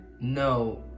No